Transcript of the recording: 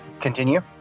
continue